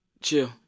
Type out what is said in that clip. Chill